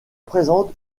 présente